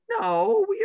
No